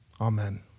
amen